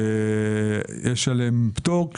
שיש עליהם פטור,